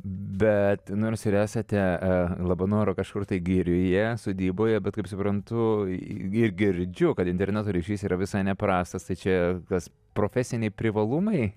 bet nors ir esate labanoro kažkur girioje sodyboje bet kaip suprantu ir girdžiu kad interneto ryšys yra visai neprastas tai čia kas profesiniai privalumai